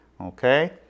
okay